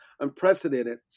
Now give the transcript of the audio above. unprecedented